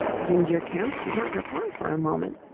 ginger kemp did not reply for a moment.